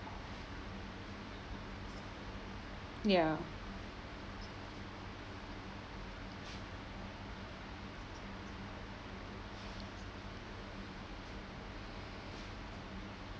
ya